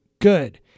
good